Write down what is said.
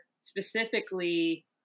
specifically